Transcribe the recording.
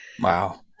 Wow